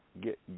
get